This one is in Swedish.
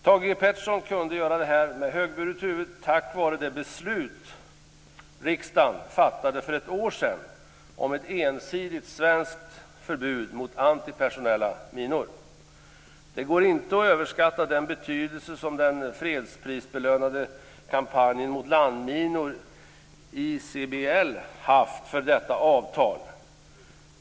Thage G Peterson kunde göra detta med högburet huvud tack vare det beslut som riksdagen fattade för ett år sedan om ett ensidigt svenskt förbud mot antipersonella minor. Det går inte att överskatta den betydelse som den fredsprisbelönade Kampanjen mot landminor, ICBL, haft för detta avtal.